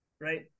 right